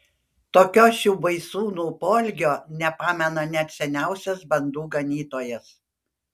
tokio šių baisūnų poelgio nepamena net seniausias bandų ganytojas